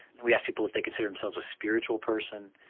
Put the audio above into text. we asked people if they considered themselves a spiritual person.